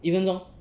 一分钟